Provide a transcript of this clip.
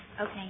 Okay